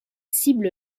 cible